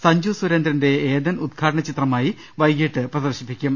സഞ്ജു സുരേന്ദ്രന്റെ ഏദൻ ഉദ് ഘാടന ചിത്രമായി വൈകീട്ട് പ്രദർശിപ്പിക്കും